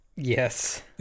yes